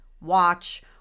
watch